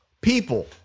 people